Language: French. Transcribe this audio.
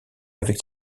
avec